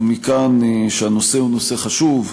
ומכאן שהנושא הוא נושא חשוב,